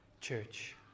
church